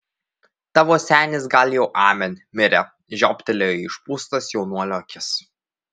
tavo senis gal jau amen mirė žiobtelėjo į išpūstas jaunuolio akis